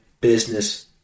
business